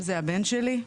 זה הבן שלי.